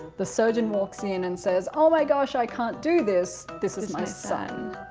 the surgeon walks in and says, oh my gosh. i can't do this. this is my son.